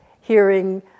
hearing